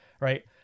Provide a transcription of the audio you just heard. right